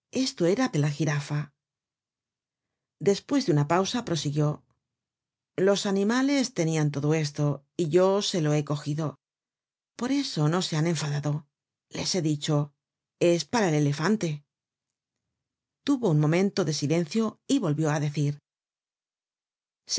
esto era de la girafa despues de una pausa prosiguió los animales tenian todo esto y yo se lo he cogido por eso no se han enfadado les he dicho es para el elefante tuvo un momento de silencio y volvió á decir se